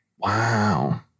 Wow